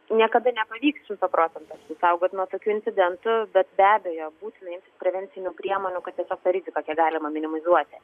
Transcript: niekada nepavyks šimtu procentų apsisaugot nuo tokių incidentų bet be abejo būtina imtis prevencinių priemonių kad tiesiog tą riziką kiek galima minimizuoti